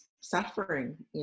suffering